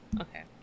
Okay